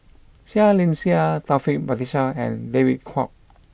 Seah Liang Seah Taufik Batisah and David Kwo